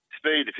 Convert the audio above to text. speed